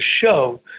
show